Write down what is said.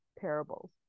parables